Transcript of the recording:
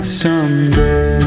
someday